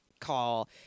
call